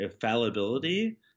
fallibility